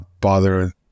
bother